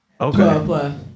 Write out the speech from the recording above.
Okay